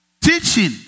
Teaching